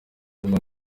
nyuma